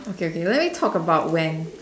okay okay let me talk about when